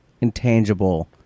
intangible